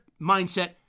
mindset